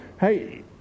Hey